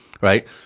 right